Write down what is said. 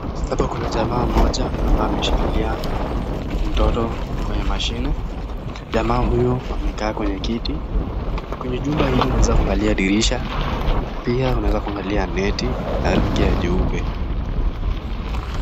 Hapa kuna jamaa mmoja, ambaye ameshikilia, mtoto kwenye mashine , jamaa huyu amekaa kwenye kiti, kwenye jumba hili unaweza kuangalia dirisha, pia unaweza kuangalia neti, ya rangi ya jeupe.